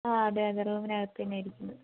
അ അതെ അതെ റൂമിനകത്ത് തന്നെയാണ് ഇരിക്കുന്നത്